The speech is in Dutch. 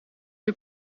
uur